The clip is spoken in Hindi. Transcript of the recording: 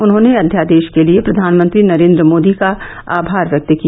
उन्होंने अध्यादेश के लिए प्रधानमंत्री नरेन्द्र मोदी का आभार व्यक्त किया